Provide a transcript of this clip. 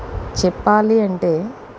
చెప్పాలి అంటే